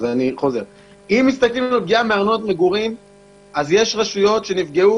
אם מסתכלים על פגיעה מארנונת מגורים - יש רשות שנפגעו